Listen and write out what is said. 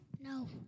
No